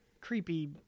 creepy